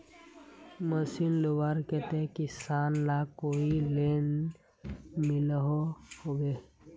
Machine लुबार केते किसान लाक कोई लोन मिलोहो होबे?